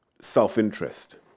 self-interest